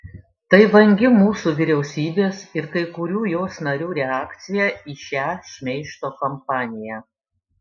tai vangi mūsų vyriausybės ir kai kurių jos narių reakcija į šią šmeižto kampaniją